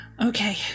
okay